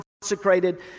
consecrated